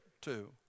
two